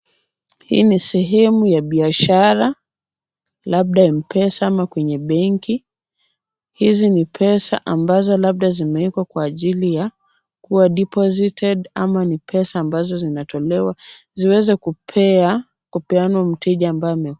Hii ni sehemu ya biashara, labda M-Pesa ama kwenye benki. Hizi ni pesa ambazo zimewekwa labda kwa ajili ya kuwa [cs ] deposited ama ni pesa ambzo zinatolewa ziweze kupeanwa kwa mteje ambaye ame[...].